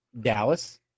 Dallas